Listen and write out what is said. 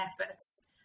efforts